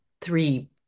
three